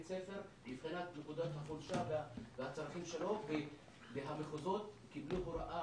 ספר לבחינת נקודות החולשה והצרכים שלו והמחוזות קיבלו הוראה